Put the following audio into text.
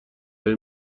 های